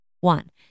one